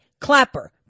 Clapper